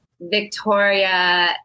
Victoria